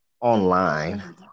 online